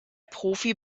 profi